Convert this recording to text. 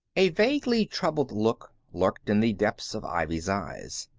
a vaguely troubled look lurked in the depths of ivy's eyes.